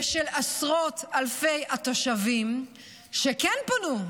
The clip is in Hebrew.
ושל עשרות אלפי התושבים שכן פונו,